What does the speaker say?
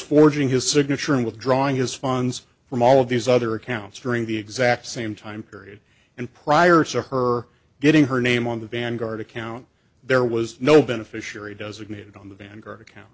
forging his signature and withdrawing his funds from all of these other accounts during the exact same time period and prior to her getting her name on the vanguard account there was no beneficiary designated on the vanguard account